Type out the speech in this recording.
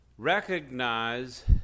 recognize